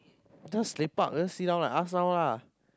just lepak just sit down lah like us now lah